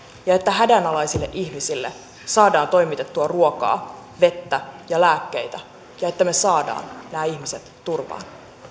ja että hädänalaisille ihmisille saadaan toimitettua ruokaa vettä ja lääkkeitä ja että me saamme nämä ihmiset turvaan